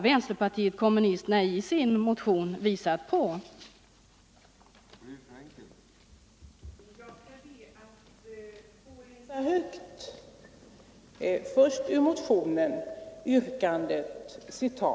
Vänsterpartiet kommunisterna har i sin motion visat på en sådan väg.